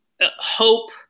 hope